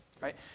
right